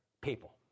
people